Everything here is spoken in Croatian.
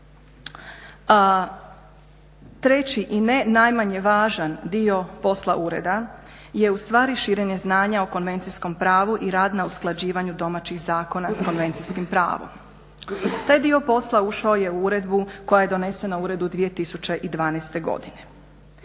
Treći i ne najmanje važan dio poslova Ureda je u stvari širenje znanja o konvencijskom pravu i rad na usklađivanju domaćih zakona sa konvencijskim pravom. Taj dio posla ušao je u Uredbu koja je donesena u Uredu 2012. godine.